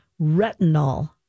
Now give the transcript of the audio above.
Retinol